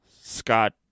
scott